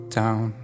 down